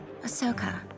Ahsoka